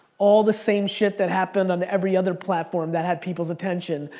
all the same shit that happened on every other platform that had people's attention,